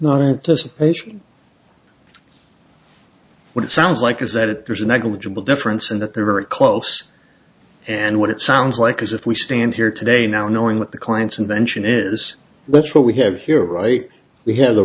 not anticipation what it sounds like is that there's a negligible difference and that they're very close and what it sounds like is if we stand here today now knowing what the client's invention is let's what we have here right we have